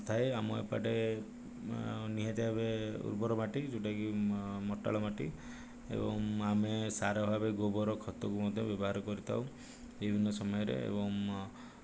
ଥାଏ ଆମର ଏପଟେ ନିହାତି ଭାବରେ ଉର୍ବର ମାଟି ଯେଉଁଟାକି ମଟାଳ ମାଟି ଏବଂ ଆମେ ସାର ଭାବରେ ଗୋବର ଖତକୁ ମଧ୍ୟ ବ୍ୟବହାର କରିଥାଉ ବିଭିନ୍ନ ସମୟରେ ଏବଂ